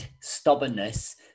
stubbornness